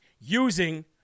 using